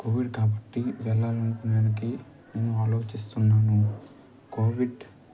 Covid కాబట్టి వెళ్ళలనుకునేదానికి నేను ఆలోచిస్తున్నాను కోవిడ్